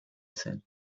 said